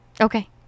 Okay